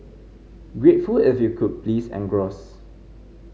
grateful if you could please engross